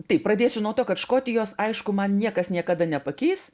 taip pradėsiu nuo to kad škotijos aišku man niekas niekada nepakeis